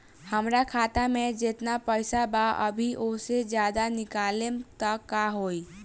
हमरा खाता मे जेतना पईसा बा अभीओसे ज्यादा निकालेम त का होई?